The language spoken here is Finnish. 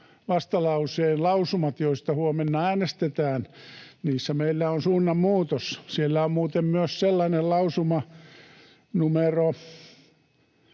vastalauseemme lausumat, joista huomenna äänestetään. Niissä meillä on suunnanmuutos. — Siellä on muuten myös sellainen lausuma